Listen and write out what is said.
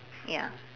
ya